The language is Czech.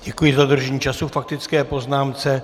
Děkuji za dodržení času k faktické poznámce.